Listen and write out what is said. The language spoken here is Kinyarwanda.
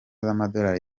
z’amadorali